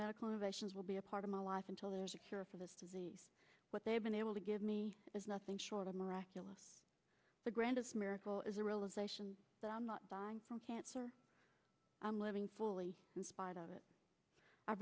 medical innovations will be a part of my life until there's a cure for this disease what they've been able to give me is nothing short of miraculous the grandest miracle is a realization that i'm not dying from cancer i'm living fully in spite of